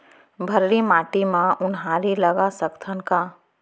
भर्री माटी म उनहारी लगा सकथन का?